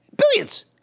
billions